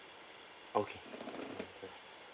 okay